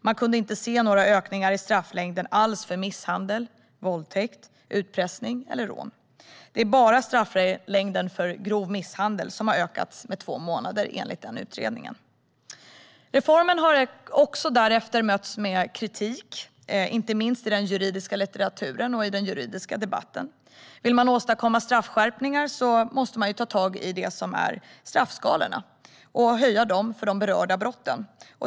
Man kunde inte se några ökningar alls i strafflängden för misshandel, våldtäkt, utpressning eller rån. Enligt utvärderingen var det bara strafflängden för grov misshandel som hade ökat med två månader. Reformen möttes också av kritik, inte minst i den juridiska litteraturen och debatten. Vill man åstadkomma straffskärpningar måste man höja straffskalorna för de berörda brotten.